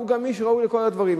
הוא גם איש שראוי לכל הדברים.